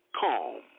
calm